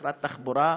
משרד התחבורה,